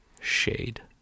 Shade